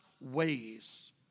ways